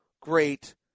great